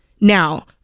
Now